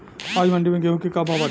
आज मंडी में गेहूँ के का भाव बाटे?